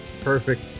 Perfect